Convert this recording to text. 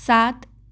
सात